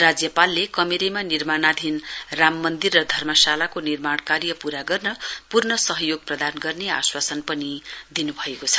राज्यपालले कमेरेमा निर्माणाधीन राममन्दिर र धर्मशालाको निर्माणकार्य पूरा गर्न पूर्ण सहयोग प्रदान गर्ने आश्वासन पनि दिनुभएको छ